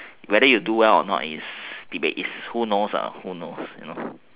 whether you do well or not is debate who knows who knows